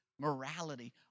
morality